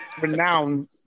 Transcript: renowned